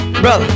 Brother